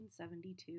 1972